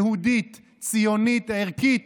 יהודית, ציונית, ערכית,